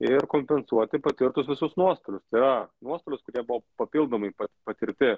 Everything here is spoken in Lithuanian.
ir kompensuoti patirtus visus nuostolius tai yra nuostolius kurie buvo papildomai patirti